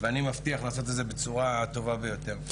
ואני מבטיח לעשות את זה בצורה הטובה ביותר.